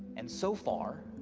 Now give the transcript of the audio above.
and so far.